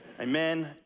Amen